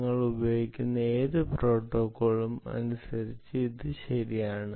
നിങ്ങൾ ഉപയോഗിക്കുന്ന ഏത് പ്രോട്ടോക്കോളും അനുസരിച്ച് അത് ശരിയാണ്